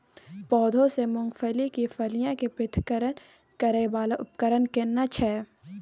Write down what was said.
पौधों से मूंगफली की फलियां के पृथक्करण करय वाला उपकरण केना छै?